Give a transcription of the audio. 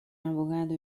abogado